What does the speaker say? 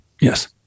Yes